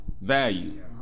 value